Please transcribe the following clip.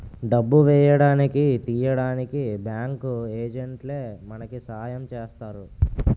డబ్బు వేయడానికి తీయడానికి బ్యాంకు ఏజెంట్లే మనకి సాయం చేస్తారు